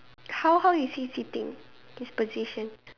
how how is he sitting his position